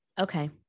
Okay